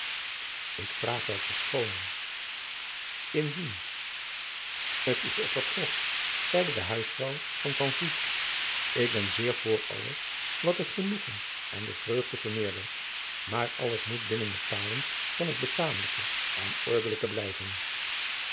ik vraag wel verschooning indien t is ook wat grof zeide de huisvrouw van van vliet ik ben zeer voor alles wat het genoegen en de vreugde vermeerdert maar alles moet binnen de palen van het betamelijke en ordelijke blijven